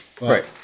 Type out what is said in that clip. Right